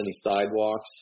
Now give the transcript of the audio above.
sidewalks